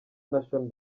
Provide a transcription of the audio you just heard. national